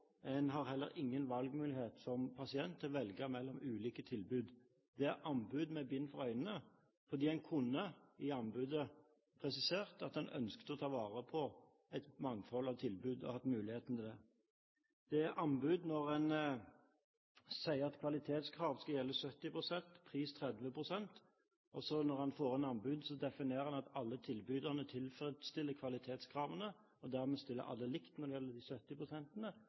En har heller ingen mulighet som pasient til å velge mellom ulike tilbud. Det er anbud med bind for øynene, fordi en kunne i anbudet presisert at en ønsket å ta vare på et mangfold av tilbud, og hatt mulighet til det. Det er anbud med bind for øynene når en sier at kvalitetskrav skal gjelde 70 pst., pris 30 pst. Når en så får inn anbud, definerer en at alle tilbyderne tilfredsstiller kvalitetskravene. Dermed stiller alle likt når det gjelder de 70